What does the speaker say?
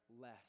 less